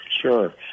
Sure